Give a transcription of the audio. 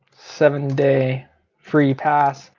seven day free pass.